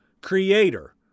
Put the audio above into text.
creator